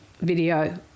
video